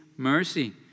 mercy